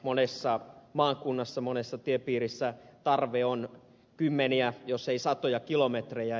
monessa maakunnassa monessa tiepiirissä tarve on kymmeniä jos ei satoja kilometrejä